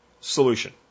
solution